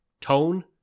tone